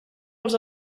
els